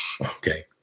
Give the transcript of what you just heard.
Okay